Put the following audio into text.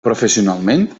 professionalment